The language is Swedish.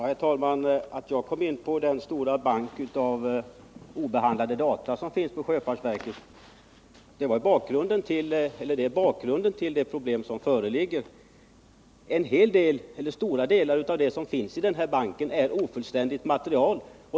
Herr talman! Jag kom in på den stora bank av obehandlade data som finns på sjöfartsverket därför att den är bakgrunden till de problem som föreligger. Stora delar av det som finns i den banken är ofullständigt material.